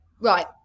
right